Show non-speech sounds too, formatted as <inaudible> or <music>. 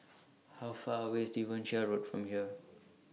<noise> How Far away IS Devonshire Road from here